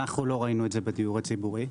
אנו לא ראינו את זה בדיור הציבורי.